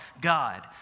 God